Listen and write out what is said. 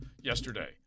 yesterday